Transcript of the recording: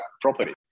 property